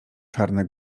czarne